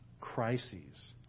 crises